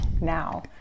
Now